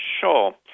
Sure